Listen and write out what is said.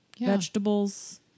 vegetables